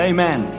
Amen